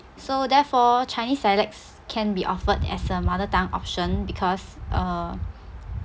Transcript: so therefore chinese dialects can be offered as a mother tongue option because uh